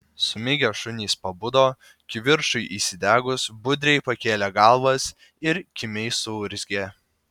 sumigę šunys pabudo kivirčui įsidegus budriai pakėlė galvas ir kimiai suurzgė